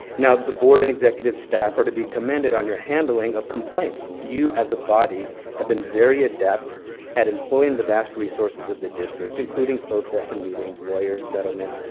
now the board and executive staff are to be commended on your handling of complaints. you as a body have been very adept at employing the vast resources of the district, including closed session meetings, lawyer settlements,